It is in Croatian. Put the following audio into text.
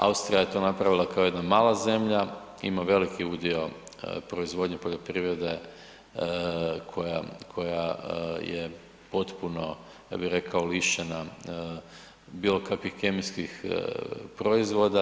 Austrija je to napravila kao jedna mala zemlja, ima veliki udio proizvodnje poljoprivrede koja, koja je potpuno, ja bi rekao, lišena bilo kakvih kemijskih proizvoda.